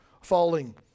falling